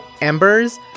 embers